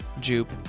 Jupe